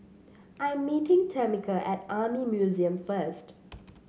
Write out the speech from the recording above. I'm meeting Tamica at Army Museum first